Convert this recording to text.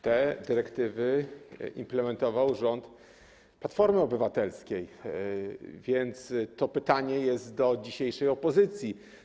Te dyrektywy implementował rząd Platformy Obywatelskiej, więc to pytanie jest do dzisiejszej opozycji.